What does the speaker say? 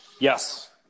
yes